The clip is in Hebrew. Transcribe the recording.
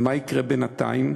ומה יקרה בינתיים?